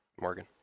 Morgan